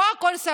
פה, הכול סבבה.